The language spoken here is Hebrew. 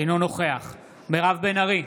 אינו נוכח מירב בן ארי,